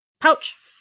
Pouch